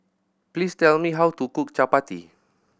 please tell me how to cook Chapati